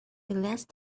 last